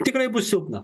tikrai bus silpna